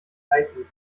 heikel